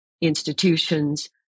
institutions